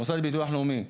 המוסד לביטוח לאומי,